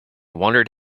wondered